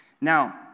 Now